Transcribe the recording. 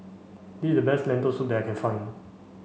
this is the best Lentil soup that I can find